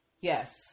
yes